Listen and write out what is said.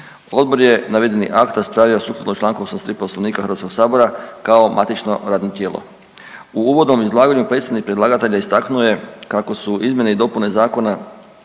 Odbor je navedeni akt raspravio sukladno čl. 83 Poslovnika HS-a, kao matično radno tijelo. U uvodnom izlaganju predstavnik predlagatelja istaknuo je kako su izmjene i dopune zakona